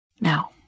Now